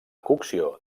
cocció